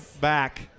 back